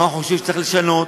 מה הוא חושב שצריך לשנות,